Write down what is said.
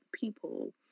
people